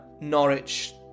Norwich